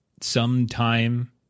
sometime